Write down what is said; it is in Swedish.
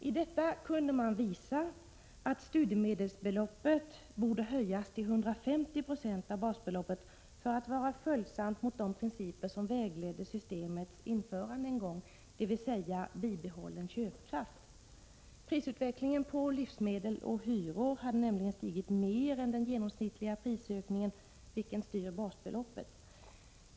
I detta kunde man visa att studiemedelsbeloppet borde höjas till 150 96 av basbeloppet för att vara följsamt mot de principer som vägledde vid beslutet om systemets införande, dvs. principen om bibehållen köpkraft. Prisutvecklingen på livsmedel och hyror hade nämligen stigit mer än den genomsnittliga prisökningen, vilken styr basbeloppet.